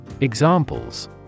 Examples